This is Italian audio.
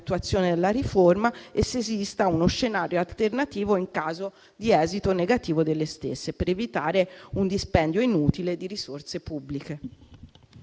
della riforma e se esista uno scenario alternativo in caso di esito negativo delle stesse per evitare un dispendio inutile di risorse pubbliche.